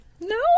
No